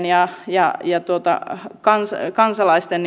ja ja käyttäjien kansalaisten